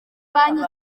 banki